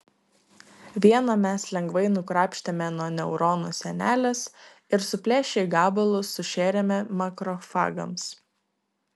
vieną mes lengvai nukrapštėme nuo neurono sienelės ir suplėšę į gabalus sušėrėme makrofagams